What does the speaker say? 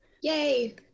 Yay